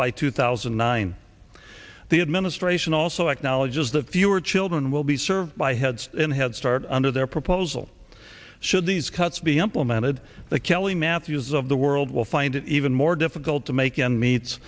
by two thousand and nine the administration also acknowledges that fewer children will be served by heads in headstart under their proposal should these cuts be implemented the kelly matthews of the world will find it even more difficult to make and meets